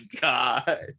God